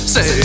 Say